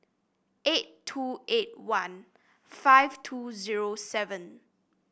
eight two eight one five two zero seven